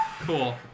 Cool